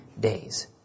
days